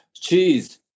cheese